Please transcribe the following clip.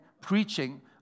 preaching